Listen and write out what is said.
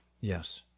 Yes